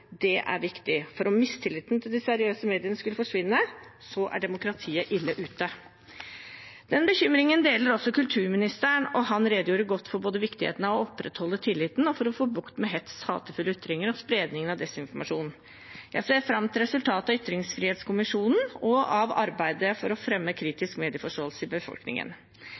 er viktig. For om tilliten til de seriøse mediene skulle forsvinne, er demokratiet ille ute. Den bekymringen deler også kulturministeren, og han redegjorde godt for viktigheten av både å opprettholde tilliten og få bukt med hets, hatefulle ytringer og spredningen av desinformasjon. Jeg ser fram til resultatet av ytringsfrihetskommisjonen og av arbeidet for å fremme kritisk medieforståelse i befolkningen.